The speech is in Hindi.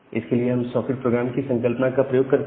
इसके लिए हम सॉकेट प्रोग्रामिंग की संकल्पना का प्रयोग करते हैं